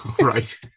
Right